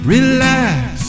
Relax